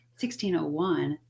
1601